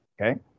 okay